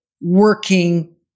working